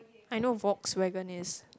I know Volkswagen is